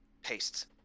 pastes